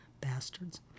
bastards